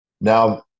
Now